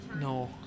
No